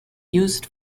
used